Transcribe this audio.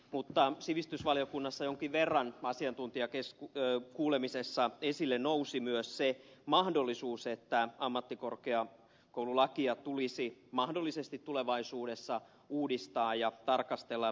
mutta sivistysvaliokunnassa jonkin verran asiantuntijakuulemisessa esille nousi myös se mahdollisuus että ammattikorkeakoululakia tulisi mahdollisesti tulevaisuudessa uudistaa ja tarkastella laajemminkin